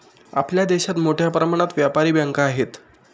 आपल्या देशात मोठ्या प्रमाणात व्यापारी बँका आहेत